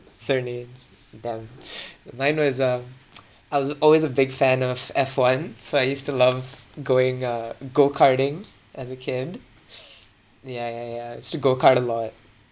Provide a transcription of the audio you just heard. certainly damn mine was uh I was always a big fan of F one so I used to love going uh go karting as a kid ya ya ya I used to go kart a lot